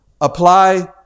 apply